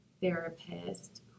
therapist